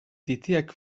titiak